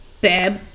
babe